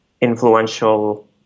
influential